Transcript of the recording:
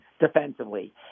defensively